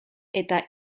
eta